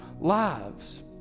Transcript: lives